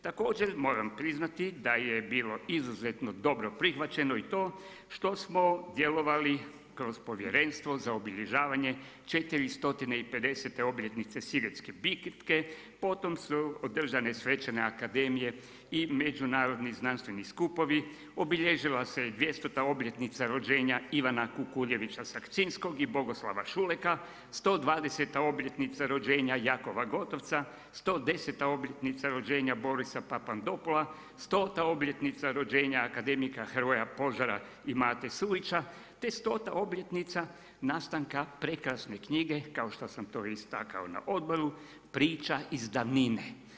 Također moram priznati da je bilo izuzetno dobro prihvaćeno i to što smo djelovali kroz Povjerenstvo za obilježavanje 450. obljetnice Sigetske bitke, potom su održane svečane akademije i međunarodni znanstveni skupovi, obilježila se 200. obljetnica rođenja Ivana Kukuljevića Sakcinskog i Bogoslava Šuleka, 120. obljetnica rođenja Jakova Gotovca, 110. obljetnica rođenja Borisa Papandopula, 100. obljetnica rođenja akademika Hrvoja Požara i Mate Sujića te 100. obljetnica nastanka prekrasne knjige kao što sam to istakao na odboru „Priča iz davnine“